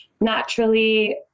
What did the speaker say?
naturally